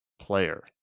player